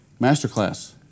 masterclass